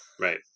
Right